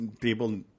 people